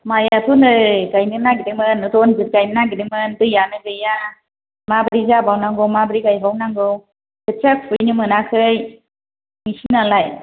माइआथ' नै गाइनो नागेरदोंमोन रनजिद गाइनो नागेरदोंमोन दैआनो गैया माब्रै जाबाव नांगौ माब्रै गाइबाव नांगौ खोथिया फुहैनो मोनाखै नोंसिनालाय